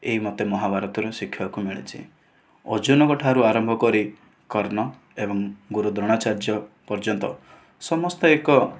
ଏହି ମୋତେ ମହାଭାରତରୁ ଶିଖିବାକୁ ମିଳିଛି ଅର୍ଜୁନଙ୍କ ଠାରୁ ଆରମ୍ଭ କରି କର୍ଣ୍ଣ ଏବଂ ଗୁରୁ ଦ୍ରୋଣାଚାର୍ଯ୍ୟ ପର୍ଯ୍ୟନ୍ତ ସମସ୍ତେ ଏକ